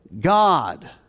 God